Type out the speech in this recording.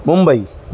Mumbai